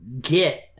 get